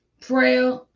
Prayer